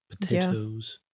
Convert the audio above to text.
Potatoes